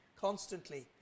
constantly